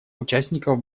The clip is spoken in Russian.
участников